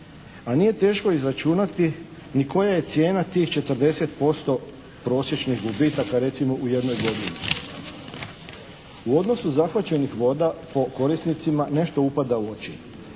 A nije teško izračunati ni koja je cijena tih 40% prosječnih gubitaka recimo u jednoj godini. U odnosu zahvaćenih voda po korisnicima nešto upada u oči.